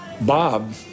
Bob